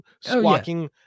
squawking